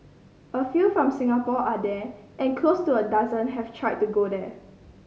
a few from Singapore are there and close to a dozen have tried to go there